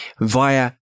via